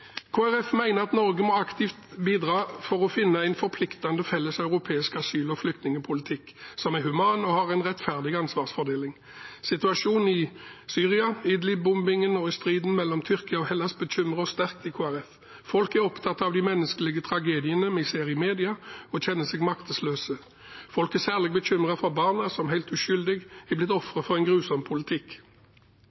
at Norge aktivt må bidra til å finne en forpliktende felles europeisk asyl- og flyktningpolitikk som er human og har en rettferdig ansvarsfordeling. Situasjonen i Syria, Idlib-bombingen og striden mellom Tyrkia og Hellas bekymrer oss i Kristelig Folkeparti sterkt. Folk er opptatt av de menneskelige tragediene vi ser i media og kjenner seg maktesløse. Folk er særlig bekymret for barna, som helt uskyldig har blitt